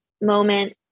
moment